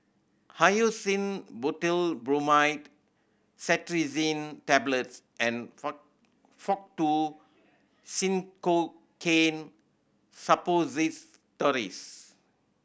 Hyoscine Butylbromide Cetirizine Tablets and Faktu Cinchocaine Suppositories